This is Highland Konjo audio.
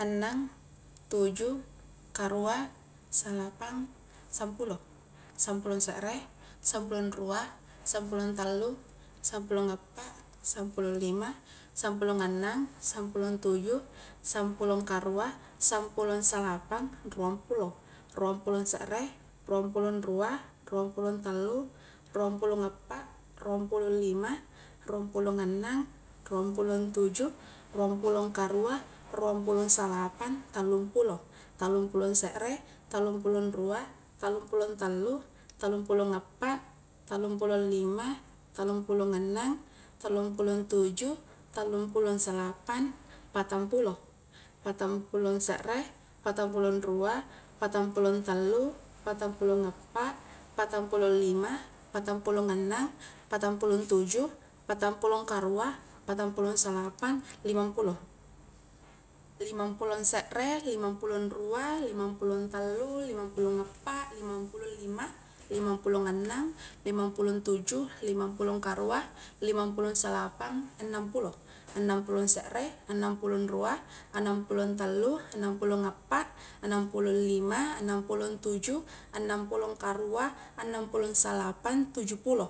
annang, tuju, karua, salapang, sampulo, sampulong sere, sampulong rua, sampulong tallu, sampulong appa, sampulong lima, sampulong annang, sampulong tuju, sampulong karua, sampulong salapang, ruang pulo, ruang pulong sere, ruang pulong rua, ruang pulong tallu, ruang pulong appa, ruang pulong lima, ruang pulong annang, ruang pulong tuju, ruang pulong karua, ruang pulong salapang, tallung pulo, tallung pulong sere, tallung pulong rua, tallung pulong tallu, tallung pulong appa, tallung pulong lima, tallung pulong annang, tallung pulong tuju, tallung pulong salapang, patang pulo, patang pulong sere, patang pulong rua, patang pulong tallu, patang pulong appa, patang pulong lima, patang pulong annang, patang pulong tuju, patang pulong karua, patang pulong salapang, limampulo, limampulong sere, limampulong rua, limampulong tallu, limampulong appa, limampulong lima, limampulong annang, limampulong tuju, limampulong karua, limampulong salapang, annangpulo, annang pulong sere, annang pulong rua, annang pulong tallu, annang pulong appa, annang pulong lima, annang pulong tuju, annang pulong karua, annang pulong salapang, tuju pulo.